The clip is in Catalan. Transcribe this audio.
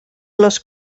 les